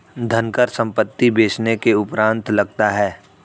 धनकर संपत्ति बेचने के उपरांत लगता है